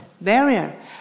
barrier